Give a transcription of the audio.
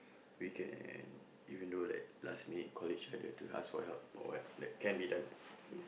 we can even though like last min call each other to ask for help or what can be done